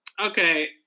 Okay